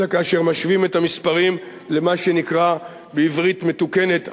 אלא כאשר משווים את המספרים למה שנקרא בעברית מתוקנת ה"נסועה"